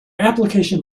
application